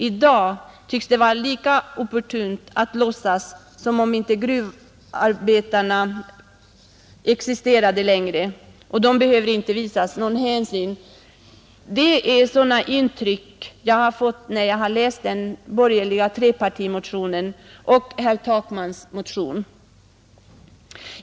I dag tycks det vara lika opportunt att låtsas som om inte gruvarbetarna existerade längre och att de inte behöver visas någon hänsyn. Det är sådana intryck jag har fått när jag har läst den borgerliga trepartimotionen och herr Takmans motion.